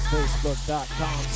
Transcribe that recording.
Facebook.com